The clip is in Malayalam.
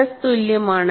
സ്ട്രെസ് തുല്യമാണ്